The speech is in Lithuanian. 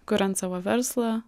kuriant savo verslą